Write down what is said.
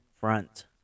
front